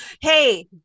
Hey